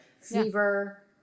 Fever